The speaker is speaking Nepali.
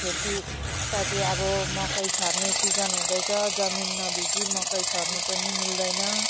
खेतीपाती अब मकै छर्ने सिजन हुँदैछ जमिन नभिजी मकै छर्न पनि मिल्दैन